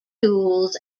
tools